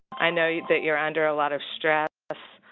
i know yeah that you're under a lot of stress,